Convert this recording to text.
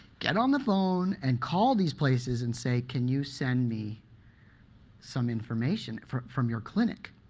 get on the phone and call these places and say, can you send me some information from from your clinic?